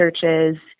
searches